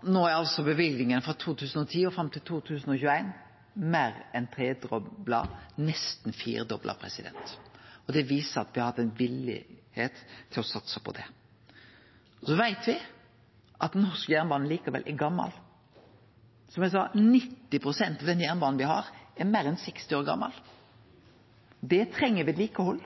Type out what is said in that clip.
Nå er løyvingane frå 2010 og fram til 2021 meir enn tredobla, nesten firedobla, og det viser at me har hatt ein vilje til å satse på det. Så veit me at norsk jernbane likevel er gamal. Som eg sa: 90 pst. av den jernbanen me har, er meir enn 60 år gamal. Han treng vedlikehald.